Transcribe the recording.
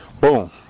Boom